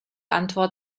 antwort